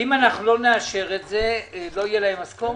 אם אנחנו לא נאשר את זה, לא יהיה להם משכורת?